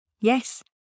Yes